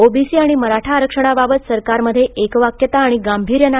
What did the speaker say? OBC आणि मराठा आरक्षणाबाबत सरकारमध्ये एकवाक्यता आणि गांभीर्य नाही